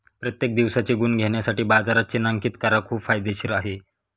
प्रत्येक दिवसाचे गुण घेण्यासाठी बाजारात चिन्हांकित करा खूप फायदेशीर आहे